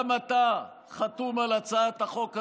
גם אתה חתום על הצעת החוק הזאת,